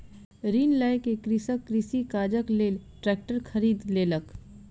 ऋण लय के कृषक कृषि काजक लेल ट्रेक्टर खरीद लेलक